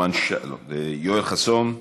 יואל חסון,